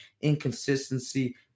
inconsistency